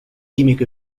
químico